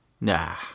Nah